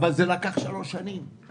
אבל זה לקח שלוש שנים.